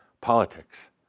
politics